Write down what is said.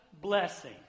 blessing